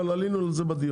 אבל עלינו על זה בדיון,